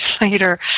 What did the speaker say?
later